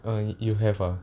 and you have ah